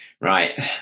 right